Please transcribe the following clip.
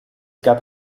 gab